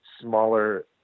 smaller